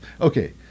Okay